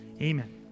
Amen